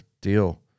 deal